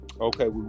okay